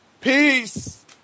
Peace